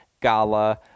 Gala